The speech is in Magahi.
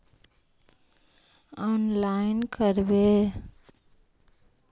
औनलाईन करवे?